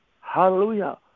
Hallelujah